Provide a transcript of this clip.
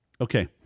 Okay